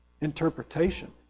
interpretation